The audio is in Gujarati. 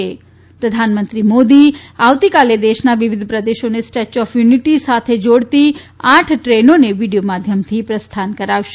ઃ પ્રધાનમંત્રી નરેન્દ્ર મોદી આવતીકાલે દેશના વિવિધ પ્રદેશો ને સ્ટેચ્યુ ઓફ યુનિટી સાથે જોડતી આઠ ટ્રેનોને વિડિયો માધ્યમથી પ્રસ્થાન કરાવશે